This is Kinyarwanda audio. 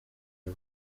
y’u